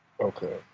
Okay